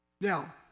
Now